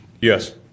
Yes